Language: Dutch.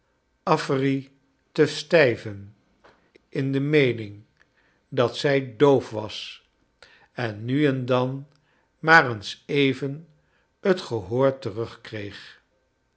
affery te stljven in de meening dat zij doof was en nu en dan maar eens even het gehoor terugkreeg